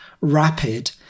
rapid